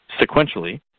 Sequentially